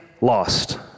lost